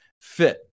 fit